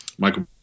Michael